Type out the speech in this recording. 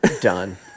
done